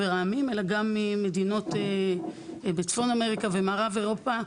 העמים אלא גם ממדיניות מצפון אמריקה וממערב אירופה,